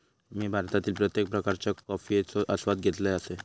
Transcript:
मी भारतातील प्रत्येक प्रकारच्या कॉफयेचो आस्वाद घेतल असय